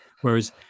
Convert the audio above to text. whereas